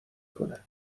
کنه